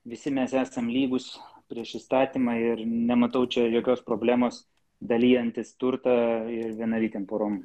visi mes esam lygūs prieš įstatymą ir nematau čia jokios problemos dalijantis turtą ir vienalytėm porom